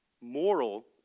moral